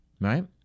Right